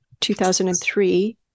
2003